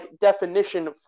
definition